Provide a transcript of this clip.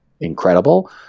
incredible